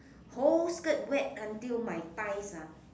whole skirt wet until my thighs ah